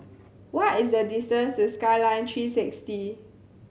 what is the distance to Skyline Three Sixty